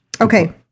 okay